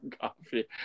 coffee